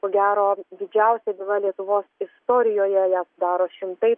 ko gero didžiausia byla lietuvos istorijoje ją sudaro šimtai